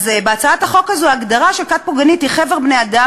אז בהצעת החוק הזאת ההגדרה של כת פוגענית היא "חבר בני-אדם,